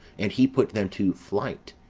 and he put them to flight,